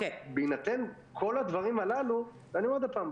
בהינתן כל הדברים הללו אני אומר עוד פעם,